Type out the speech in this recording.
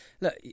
look